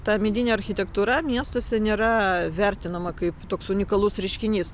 ta medinė architektūra miestuose nėra vertinama kaip toks unikalus reiškinys